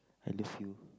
I love you